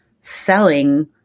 selling